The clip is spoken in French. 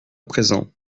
présent